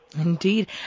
Indeed